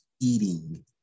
eating